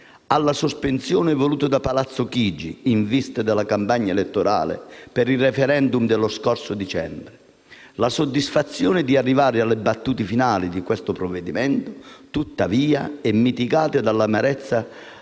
alla sospensione voluta da Palazzo Chigi in vista della campagna elettorale per il *referendum* dello scorso dicembre. Tuttavia, la soddisfazione di arrivare alle battute finali del provvedimento in esame è mitigata dall'amarezza